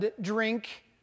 drink